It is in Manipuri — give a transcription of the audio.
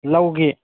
ꯂꯧꯒꯤ